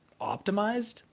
optimized